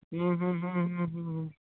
ᱦᱩᱸ ᱦᱩᱸ ᱦᱩᱸ ᱦᱩᱸ ᱦᱩᱸ ᱦᱩᱸ